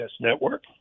Network